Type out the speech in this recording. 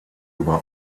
über